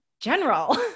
general